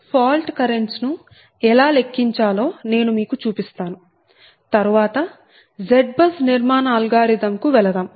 మొదట fault currents ఎలా లెక్కించాలో నేను మీకు చూపిస్తాను తర్వాత z బస్ నిర్మాణ అల్గోరిథం కు వెళదాం